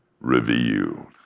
revealed